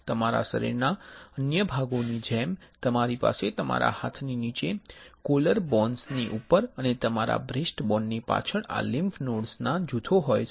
તમારા શરીરના અન્ય ભાગોની જેમ તમારી પાસે તમારા હાથની નીચે કોલરબોન્સ ની ઉપર અને તમારા બ્રેસ્ટબોન ની પાછળ આ લિમ્ફ નોડ્સ નાં જૂથો હોય છે